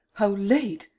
how late!